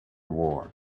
war